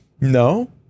no